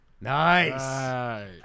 Nice